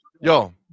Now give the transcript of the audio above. Yo